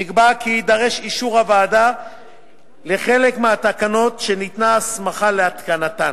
נקבע כי יידרש אישור הוועדה לחלק מהתקנות שניתנה הסמכה להתקנתן